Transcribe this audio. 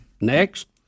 Next